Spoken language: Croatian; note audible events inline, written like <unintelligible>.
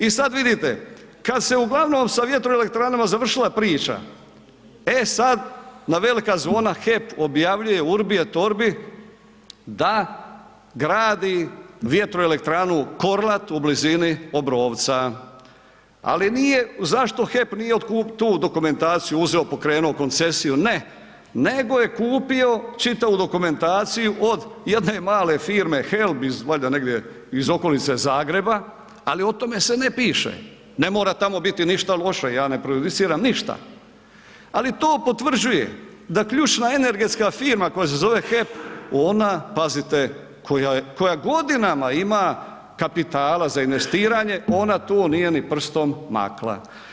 I sad vidite, kad se uglavnom sa vjetroelektranama završila priča, e sad na velika zvona HEP objavljuje urbi et orbi da gradi vjetroelektranu Korlat u blizini Obrovca ali zašto HEP nije tu dokumentaciju uzeo, pokrenuo koncesiju, ne, nego je kupio čitavu dokumentaciju od jedne male firme ... <unintelligible> valjda negdje iz okolice Zagreba ali o tome se ne piše, ne mora tamo biti niša loše, ja ne prejudiciram ništa ali to potvrđuje da ključna energetska firma koja se zove HEP, ona pazite, koja godinama ima kapitala za investiranje, ona tu nije ni prostom makla.